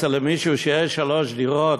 אצל מישהו שיש לו שלוש דירות,